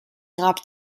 grab